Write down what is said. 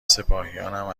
سپاهیانم